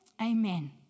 Amen